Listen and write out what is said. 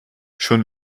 schon